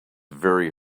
very